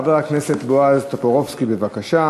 חבר הכנסת בועז טופורובסקי, בבקשה.